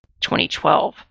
2012